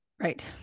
Right